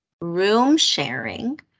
room-sharing